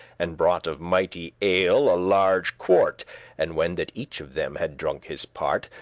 and brought of mighty ale a large quart and when that each of them had drunk his part,